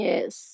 Yes